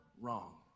wrong